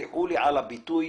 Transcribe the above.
תסלחו לי על הביטוי.